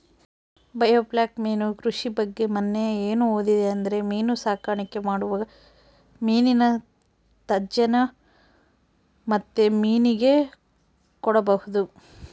biofloc ಮೀನು ಕೃಷಿ ಬಗ್ಗೆ ಮನ್ನೆ ಏನು ಓದಿದೆ ಅಂದ್ರೆ ಮೀನು ಸಾಕಾಣಿಕೆ ಮಾಡುವಾಗ ಮೀನಿನ ತ್ಯಾಜ್ಯನ ಮತ್ತೆ ಮೀನಿಗೆ ಕೊಡಬಹುದು